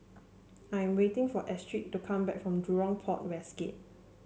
I am waiting for Astrid to come back from Jurong Port West Gate